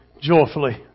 joyfully